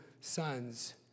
sons